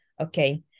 okay